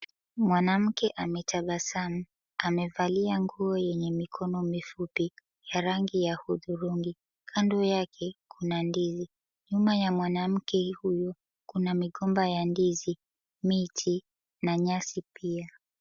Mwanamke ametabasamu. Amevalia nguo yenye mikono mifupi ya rangi ya hudhurungi. Kando yake kuna ndizi, nyuma ya mwanamke huyu kuna migomba ya ndizi, miti na nyasi pia.